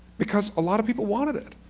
because a lot of people wanted it.